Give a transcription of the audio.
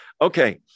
okay